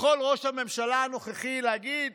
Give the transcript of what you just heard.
יכול ראש הממשלה הנוכחי להגיד